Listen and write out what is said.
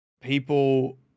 people